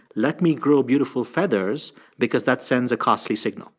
let me grow beautiful feathers because that sends a costly signal